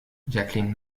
jacqueline